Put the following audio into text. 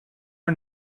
are